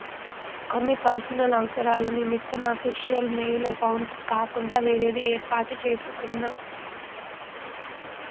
కొన్ని పర్సనల్ అవసరాల నిమిత్తం అఫీషియల్ మెయిల్ అకౌంట్ కాకుండా వేరేది యేర్పాటు చేసుకున్నా